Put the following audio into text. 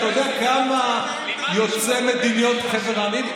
אתה יודע כמה יוצאי מדינות חבר העמים,